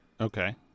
Okay